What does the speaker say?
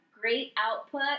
great-output